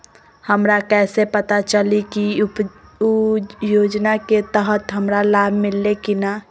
हमरा कैसे पता चली की उ योजना के तहत हमरा लाभ मिल्ले की न?